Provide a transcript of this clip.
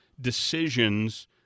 decisions